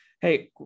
Hey